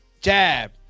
jab